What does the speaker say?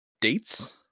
dates